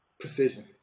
precision